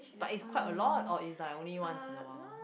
but it's quite a lot or it's only like once in a while